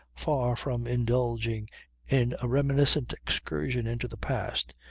far from indulging in a reminiscent excursion into the past,